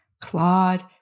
Claude